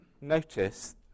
Notice